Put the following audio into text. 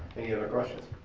any other questions?